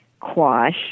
Quash